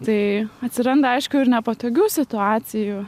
tai atsiranda aišku ir nepatogių situacijų